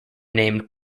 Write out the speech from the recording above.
named